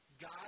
God